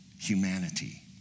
humanity